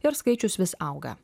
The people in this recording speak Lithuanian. ir skaičius vis auga